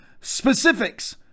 specifics